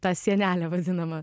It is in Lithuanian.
tą sienelę vadinamą